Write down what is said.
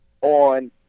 on